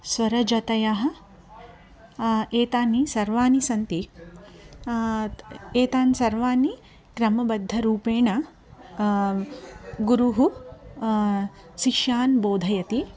स्वरजतयः एतानि सर्वाणि सन्ति एतानि सर्वाणि क्रमबद्धरूपेण गुरुः शिष्यान् बोधयति